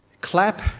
Clap